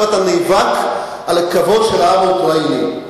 אתה נאבק על הכבוד של העם האוקראיני.